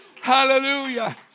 Hallelujah